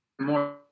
more